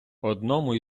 одному